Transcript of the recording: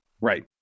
Right